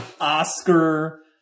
Oscar